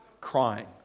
crying